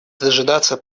дожидаться